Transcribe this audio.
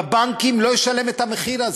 בבנקים לא ישלם את המחיר הזה.